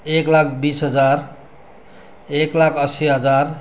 एक लाख बिस हजार एक लाख असी हजार